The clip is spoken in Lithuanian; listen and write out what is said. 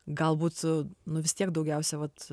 galbūt tu nu vis tiek daugiausiai vat